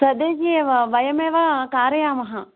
वयम् एव कारयामः